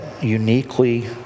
uniquely